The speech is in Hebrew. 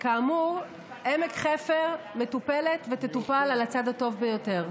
כאמור, עמק חפר מטופלת ותטופל על הצד הטוב ביותר.